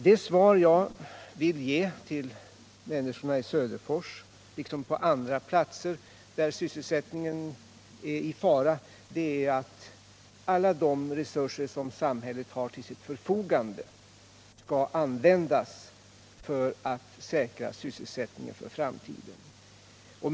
Det svar jag vill ge till människorna i Söderfors liksom i andra orter där sysselsättningen är i fara är att alla de resurser som samhället har till sitt förfogande skall användas för att säkra sysselsättningen för framtiden.